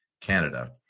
Canada